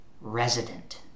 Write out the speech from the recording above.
resident